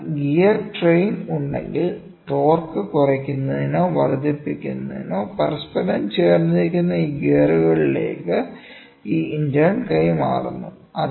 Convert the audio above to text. അതിനാൽ gear train ഉണ്ടെങ്കിൽ torque കുറയ്ക്കുന്നതിനോ വർദ്ധിപ്പിക്കുന്നതിനോ പരസ്പരം ചേർന്നിരിക്കുന്ന ഈ ഗിയറുകളിലേക്ക് ഈ ഇന്റേൺ കൈമാറുന്നു